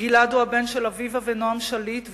גלעד הוא הבן של אביבה ונועם שליט,